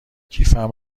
کیفم